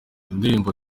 indirimbo